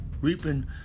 Reaping